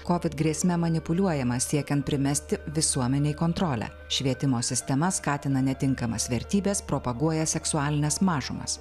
kovid grėsme manipuliuojama siekiant primesti visuomenei kontrolę švietimo sistema skatina netinkamas vertybes propaguoja seksualines mažumas